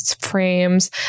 frames